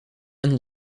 and